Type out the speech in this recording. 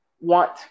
want